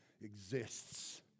exists